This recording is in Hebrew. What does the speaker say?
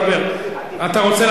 אחליף אותך.